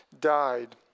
died